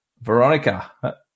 Veronica